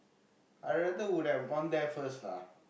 I rather would have gone there first lah